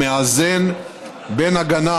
המאזן בין הגנה,